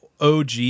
OG